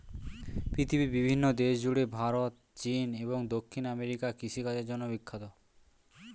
পৃথিবীর বিভিন্ন দেশ জুড়ে ভারত, চীন এবং দক্ষিণ আমেরিকা কৃষিকাজের জন্যে বিখ্যাত